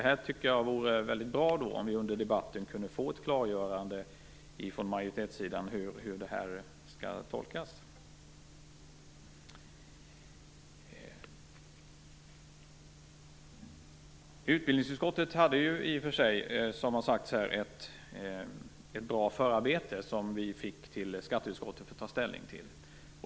Jag tycker att det vore väldigt bra om vi under debatten kunde få ett klargörande från majoritetssidan av hur detta skall tolkas. Utbildningsutskottet hade ett bra förarbete som vi fick till skatteutskottet för att ta ställning till.